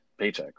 paychecks